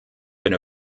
been